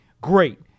great